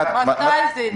מתי זה יסתיים?